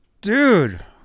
Dude